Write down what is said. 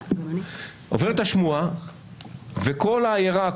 עוברת השמועה וכל העיירה,